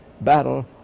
battle